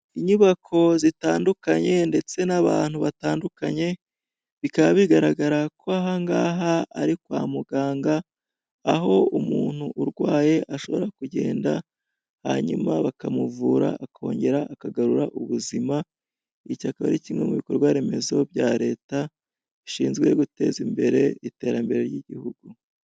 Inyubako zitandukanye ndetse n'abantu batandukanye, bikaba bigaragara ko aha ngaha ari kwa muganga, aho umuntu urwaye ashobora kugenda hanyuma bakamuvura akongera akagarura ubuzima, iki akaba ari kimwe mu bikorwa remezo bya Leta bishinzwe guteza imbere iterambere ry'igihugu.